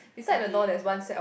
okay